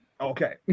Okay